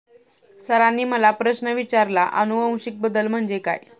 सरांनी मला प्रश्न विचारला आनुवंशिक बदल म्हणजे काय?